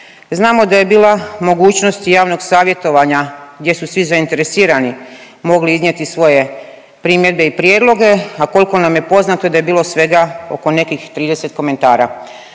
Znamo da je bila mogućnost i javnog savjetovanja gdje su svi zainteresirani mogli iznijeti svoje primjedbe i prijedloge, a koliko nam je poznato i da je bilo svega oko nekih 30 komentara.